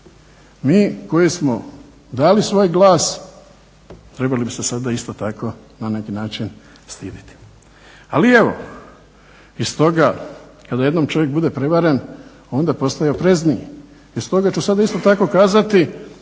Mi koji smo dali svoj glas trebali bi se sada isto tako na neki način stiditi. Ali evo iz toga, kada jednom čovjek bude prevaren onda postaje oprezniji i stoga ću sada isto tako kazati,